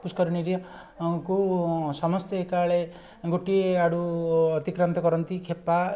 ପୁଷ୍କରିଣୀରେ ଆଙ୍କୁ ସମସ୍ତେ ଏକାବେଳେ ଗୋଟିଏ ଆଡ଼ୁ ଅତିକ୍ରାନ୍ତ କରନ୍ତି କ୍ଷେପା